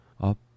Up